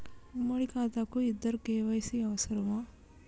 ఉమ్మడి ఖాతా కు ఇద్దరు కే.వై.సీ అవసరమా?